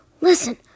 Listen